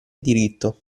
diritto